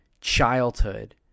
childhood